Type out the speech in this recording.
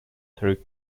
through